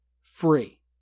free